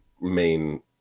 main